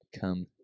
Come